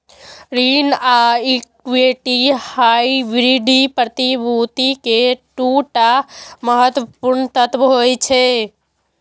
ऋण आ equity hybrid प्रतिभूति के दू टा महत्वपूर्ण तत्व होइ छै